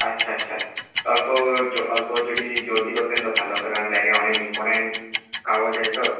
আচ্ছা আচ্ছা অল্প অল্প যদি জলদি করতেন ভালো হতো কারণ ব্যাগে অনেক ইম্পর্ট্যান্ট কাগজ আছে তো